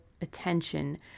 attention